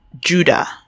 Judah